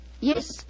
Yes